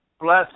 bless